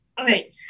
Okay